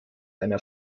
einer